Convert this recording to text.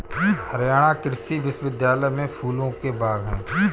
हरियाणा कृषि विश्वविद्यालय में फूलों के बाग हैं